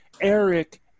eric